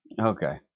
Okay